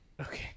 Okay